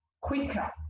quicker